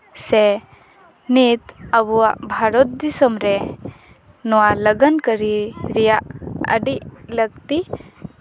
ᱥᱮ ᱱᱤᱛ ᱟᱵᱚᱣᱟᱜ ᱵᱷᱟᱨᱚᱛ ᱫᱤᱥᱚᱢ ᱨᱮ ᱱᱚᱣᱟ ᱞᱟᱹᱜᱟᱹᱱ ᱠᱟᱹᱨᱤ ᱨᱮᱭᱟᱜ ᱟᱹᱰᱤ ᱞᱟᱹᱠᱛᱤ